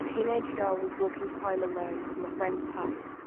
teenage girl was walking home alone from a friend's party.